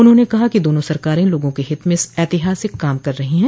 उन्होंने कहा कि दोनों सरकारें लोगों के हित में ऐतिहासिक काम कर रही है